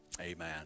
amen